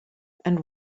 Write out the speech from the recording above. and